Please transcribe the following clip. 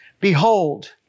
Behold